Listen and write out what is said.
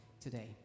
today